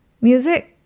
Music